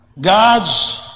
God's